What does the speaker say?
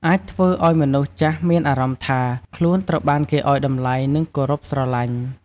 អាចធ្វើឱ្យមនុស្សចាស់មានអារម្មណ៍ថា ខ្លួនត្រូវបានគេឱ្យតម្លៃ និងគោរពស្រឡាញ់។